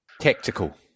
tactical